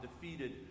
defeated